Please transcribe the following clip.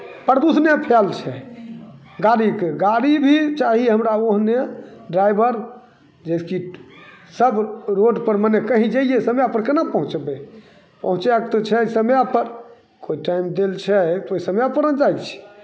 प्रदूषणे फएल छै गाड़ीके गाड़ी भी चाही हमरा ओहने ड्राइवर जेकि सभ रोडपर मने कहीँ जैयै समएपर केना पहुँचबै पहुँचैक तऽ छै समएपर कोइ टाइम देल छै तऽ ओहि समएपर ने जाइ छै